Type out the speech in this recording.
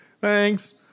Thanks